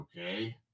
okay